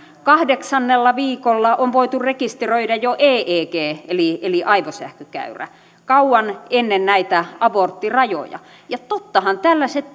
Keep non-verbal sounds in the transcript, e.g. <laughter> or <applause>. kahdeksannella viikolla on voitu rekisteröidä jo eeg eli eli aivosähkökäyrä kauan ennen näitä aborttirajoja ja tottahan tällaiset <unintelligible>